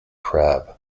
crab